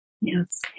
Yes